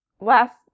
last